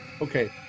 Okay